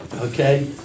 Okay